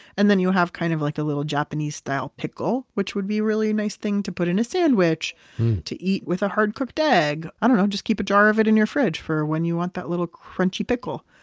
and then you'll have kind of like a little japanese style pickle, which would be really a nice thing to put in a sandwich to eat with a hard-cooked egg. i don't know, just keep a jar of it in your fridge for when you want that little crunchy pickle.